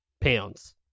pounds